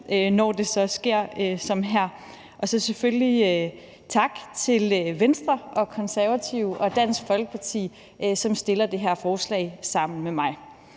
når det så sker som her. Og selvfølgelig også tak til ordførerne fra Venstre, Konservative og Dansk Folkeparti, som fremsætter det her forslag sammen med mig.